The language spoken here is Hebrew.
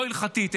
לא הלכתית,